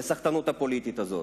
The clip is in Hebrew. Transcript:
לסחטנות הפוליטית הזאת,